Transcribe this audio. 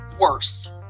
worse